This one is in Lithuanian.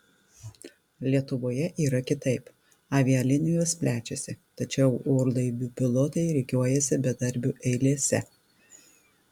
lietuvoje yra kitaip avialinijos plečiasi tačiau orlaivių pilotai rikiuojasi bedarbių eilėse